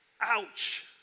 ouch